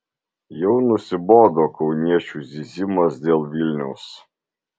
jau nusibodo kauniečių zyzimas dėl vilniaus